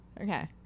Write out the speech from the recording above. Okay